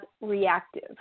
reactive